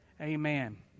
Amen